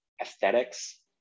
aesthetics